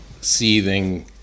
seething